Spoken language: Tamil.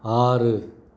ஆறு